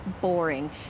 boring